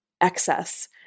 excess